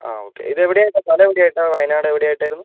ആ ഓക്കെ ഇതെവിടെയായിട്ടാണ് സ്ഥലം എവിടെയായിട്ടാണ് വയനാട് എവിടെ ആയിട്ടായിരുന്നു